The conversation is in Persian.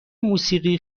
موسیقی